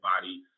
body